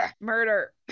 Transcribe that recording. murder